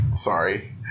Sorry